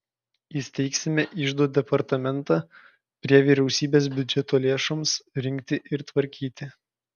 įsteigsime iždo departamentą prie vyriausybės biudžeto lėšoms rinkti ir tvarkyti